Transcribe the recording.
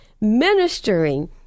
ministering